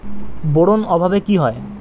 Boron অভাবে কি হয়?